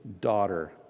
daughter